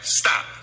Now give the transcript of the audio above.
stop